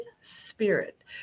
spirit